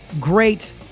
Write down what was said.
great